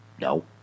No